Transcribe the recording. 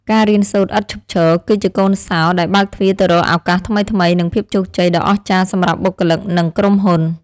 ការរៀនសូត្រឥតឈប់ឈរ គឺជាកូនសោរដែលបើកទ្វារទៅរកឱកាសថ្មីៗ និងភាពជោគជ័យដ៏អស្ចារ្យសម្រាប់បុគ្គលិកនិងក្រុមហ៊ុន។